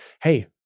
hey